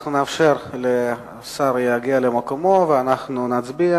אנחנו נאפשר לשר להגיע למקומו ואנחנו נצביע.